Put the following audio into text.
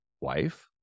wife